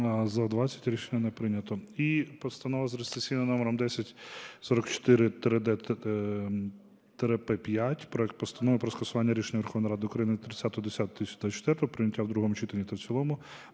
За-20 Рішення не прийнято. І Постанова за реєстраційним номером 10044-д-П5. Проект Постанови про скасування рішення Верховної Ради України від 30.10.2024 про прийняття в другому читанні та в цілому